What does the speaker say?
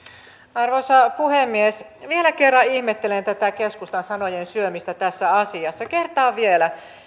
arvoisa puhemies vielä kerran ihmettelen tätä keskustan sanojen syömistä tässä asiassa kertaan vielä